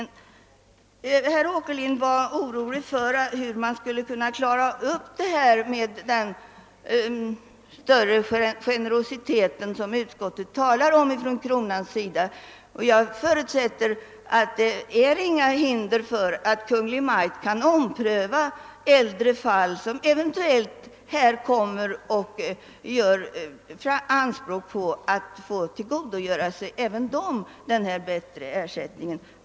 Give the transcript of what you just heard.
Herr Åkerlind oroar sig för hur kronan skall kunna tillämpa den generositet som utskottet skrivit om. Jag förutsätter emellertid att det inte finns någonting som hindrar att Kungl. Maj:t omprövar de äldre fall där det eventuellt kommer att resas krav på den högre ersättningen. Herr talman!